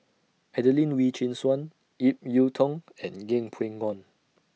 Adelene Wee Chin Suan Ip Yiu Tung and Yeng Pway Ngon